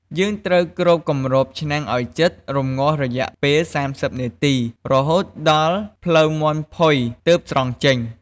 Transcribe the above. យើងត្រូវគ្របគម្របឆ្នាំងឱ្យជិត រំងាស់រយៈពេល៣០នាទី រហូតដល់ភ្លៅមាន់ផុយទើបស្រង់ចេញ។